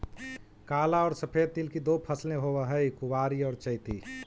काला और सफेद तिल की दो फसलें होवअ हई कुवारी और चैती